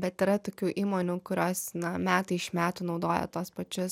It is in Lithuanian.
bet yra tokių įmonių kurios na metai iš metų naudoja tuos pačius